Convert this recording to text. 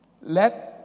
let